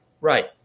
Right